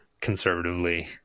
conservatively